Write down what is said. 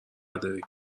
داریم